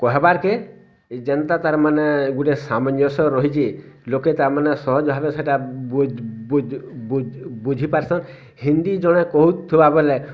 କହେବାର୍ କେ ଯେନ୍ତା ତାର୍ମାନେ ଗୁଟେ ସାମଞ୍ଜସ୍ୟ ରହିଛେ ଲୋକେ ତାର୍ମାନେ ସହଜ୍ ଭାବେ ସେଇଟା ବୁଝି ପାରସନ୍ ହିନ୍ଦୀ ଜଣେ କହୁଥିବା ବେଳେ